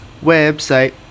website